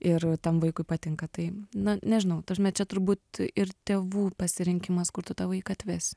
ir tam vaikui patinka tai na nežinau ta prasme čia turbūt ir tėvų pasirinkimas kur tu tą vaiką atvesi